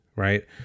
right